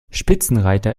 spitzenreiter